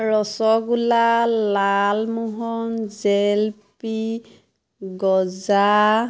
ৰচগোলা লালমোহন জেলপি গজা